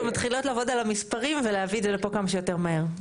ומתחילות לעבוד על המספרים ולהביא את זה לפה כמה שיותר מהר.